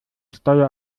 steuer